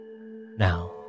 Now